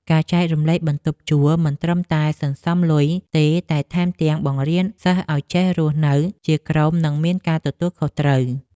ការចែករំលែកបន្ទប់ជួលមិនត្រឹមតែសន្សំលុយទេតែថែមទាំងបង្រៀនសិស្សឱ្យចេះរស់នៅជាក្រុមនិងមានការទទួលខុសត្រូវ។